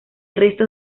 restos